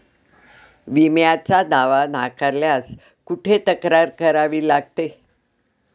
विम्याचा दावा नाकारल्यास कुठे तक्रार करावी लागते?